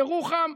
ירוחם.